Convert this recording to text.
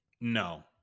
No